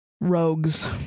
Rogues